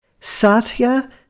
Satya